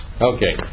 okay